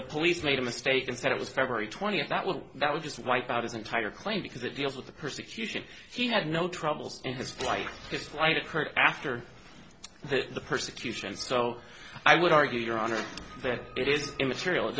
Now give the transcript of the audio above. the police made a mistake and said it was february twentieth that well that was just wipe out his entire claim because it deals with the persecution he had no troubles in his life his life occurred after the persecution so i would argue your honor that it is immaterial it